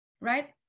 Right